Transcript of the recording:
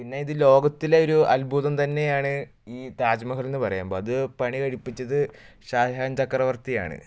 പിന്നെ ഇത് ലോകത്തിലെ ഒരു അത്ഭൂതം തന്നെയാണ് ഈ താജ്മഹൽ എന്ന് പറയുമ്പോൾ അത് പണി കഴിപ്പിച്ചത് ഷാജഹാൻ ചക്രവർത്തിയാണ്